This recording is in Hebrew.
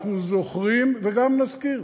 אנחנו זוכרים וגם נזכיר,